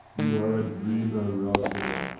you are a dreamer, rosmer.